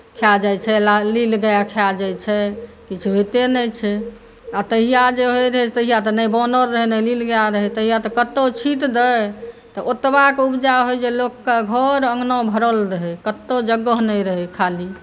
खाए जाइत छै लील गाय खाए जाइत छै किछु होइते नहि छै आ तहिआ जे होइत रहै तहिआ तऽ नहि बानर रहै नहि लील गाय रहै तहिआ तऽ कतहु छीटि दै तऽ ओतबाक उपजा होइ जे लोकके घर अँगना भरल रहै कतहु जगह नहि रहै खाली